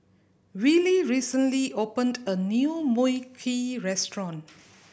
Willy recently opened a new Mui Kee restaurant